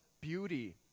beauty